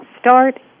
start